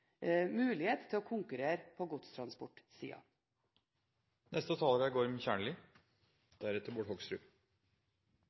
mulighet til å konkurrere på